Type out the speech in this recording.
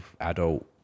adult